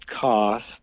cost